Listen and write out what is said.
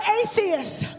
atheists